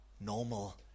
normal